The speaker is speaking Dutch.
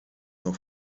nog